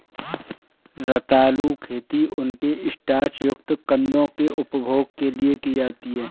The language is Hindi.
रतालू खेती उनके स्टार्च युक्त कंदों के उपभोग के लिए की जाती है